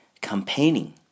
campaigning